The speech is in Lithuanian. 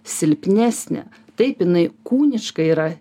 silpnesnė taip jinai kūniškai yra